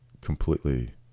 completely